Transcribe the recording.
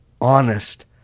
honest